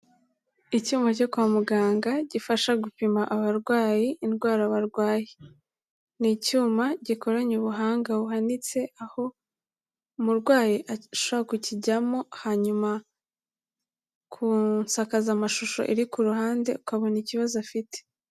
Icyuma cyo kwa muganga gifasha gupima abarwayi indwara barwaye, ni icyuma gikoranye ubuhanga buhanitse aho umurwayi ashobora kukijyamo hanyuma ku nsakazamashusho iri ku ruhande ukabona ikibazo afite.